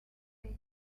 fist